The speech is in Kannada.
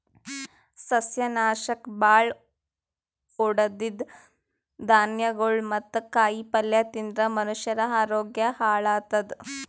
ಸಸ್ಯನಾಶಕ್ ಭಾಳ್ ಹೊಡದಿದ್ದ್ ಧಾನ್ಯಗೊಳ್ ಮತ್ತ್ ಕಾಯಿಪಲ್ಯ ತಿಂದ್ರ್ ಮನಷ್ಯರ ಆರೋಗ್ಯ ಹಾಳತದ್